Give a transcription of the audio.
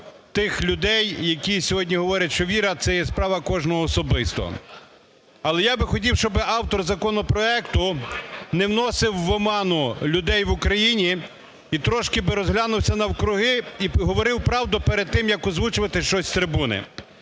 тих людей, які сьогодні говорять, що віра це є справа кожного особисто. Але я би хотів, щоб автор законопроекту не вводив в оману людей в Україні і трошки розглянувся навкруги і говорив правду перед тим, як озвучувати щось з трибуни.